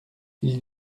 ils